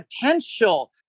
potential